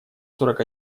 сорок